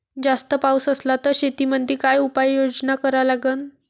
जास्त पाऊस असला त शेतीमंदी काय उपाययोजना करा लागन?